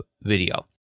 video